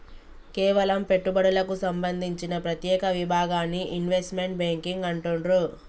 కేవలం పెట్టుబడులకు సంబంధించిన ప్రత్యేక విభాగాన్ని ఇన్వెస్ట్మెంట్ బ్యేంకింగ్ అంటుండ్రు